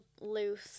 loose